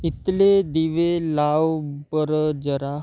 इथले दिवे लाव बरं जरा